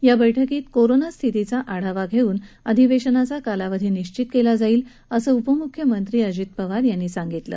या बैठकीत कोरोना स्थितीचा आढावा घेऊन अधिवेशनाचा कालावधी निश्वित केला जाईल असं उपमुख्यमंत्री अजित पवार यांनी सांगितलं